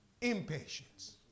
Impatience